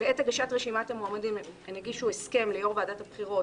בעת הגשת רשימת המועמדים הם הגישו הסכם ליו"ר ועדת הבחירות,